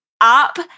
up